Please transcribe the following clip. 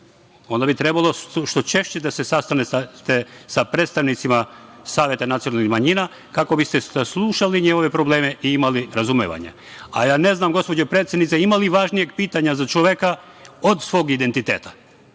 Onda bi trebalo što češće da se sastanete sa predstavnicima saveta nacionalnih manjina kako biste saslušali njihove probleme i imali razumevanje. Ja ne znam gospodo predsednice ima li važnijeg pitanja za čoveka od svog identiteta.